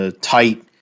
tight